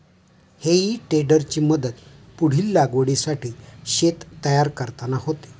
हेई टेडरची मदत पुढील लागवडीसाठी शेत तयार करताना होते